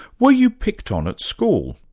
were you picked on at school?